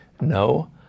no